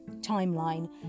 timeline